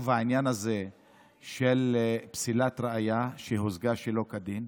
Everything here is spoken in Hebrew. העניין הזה של פסילת ראיה שהושגה שלא כדין.